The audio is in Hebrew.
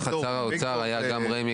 תחת שר האוצר היה גם רמ"י,